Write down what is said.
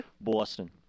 Boston